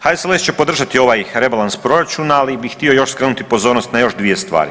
HSLS će podržati ovaj rebalans proračuna, ali bih htio još skrenuti pozornost na još dvije stvari.